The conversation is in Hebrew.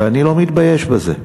ואני לא מתבייש בזה.